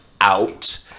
out